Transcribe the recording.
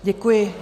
Děkuji.